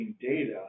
data